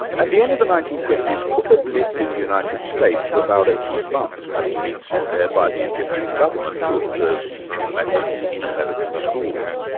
at the end of the nineteen fifty s qutb but lived in the united states for about eighteen months, having been sent there by the egyptian government to observe teaching methods in american schools.